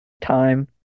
time